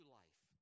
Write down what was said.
life